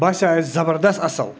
باسیو اَسہِ زَبردست اَصٕل